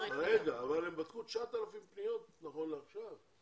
בטלפון לא יינתן מענה.